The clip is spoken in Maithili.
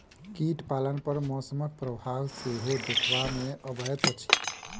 कीट पालन पर मौसमक प्रभाव सेहो देखबा मे अबैत अछि